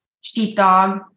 sheepdog